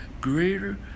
Greater